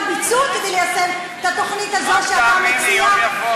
ביצוע כדי ליישם את התוכנית הזאת שאתה מציע,